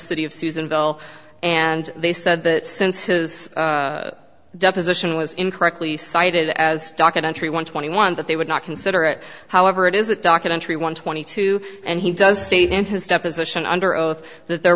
city of susan bell and they said that since his deposition was incorrectly cited as documentary want twenty one that they would not consider it however it is a documentary one twenty two and he does state in his deposition under oath that there